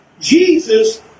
Jesus